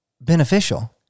beneficial